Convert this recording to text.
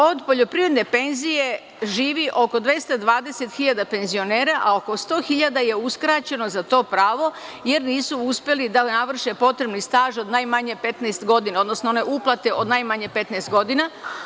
Od poljoprivredne penzije živi oko 220 hiljada penzionera, a oko 100 hiljada je uskraćeno za to pravo, jer nisu uspeli da navrši potrebni staž od najmanje 15 godina, odnosno one uplate od najmanje 15 godina.